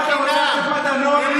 למה אתה רוצה לתת, לחברות פרטיות?